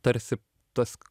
tarsi tas